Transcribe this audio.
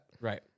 Right